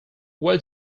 where